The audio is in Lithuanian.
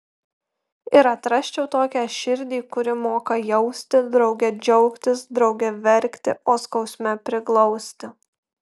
ir atrasčiau tokią širdį kuri moka jausti drauge džiaugtis drauge verkti o skausme priglausti